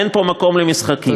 אין פה מקום למשחקים.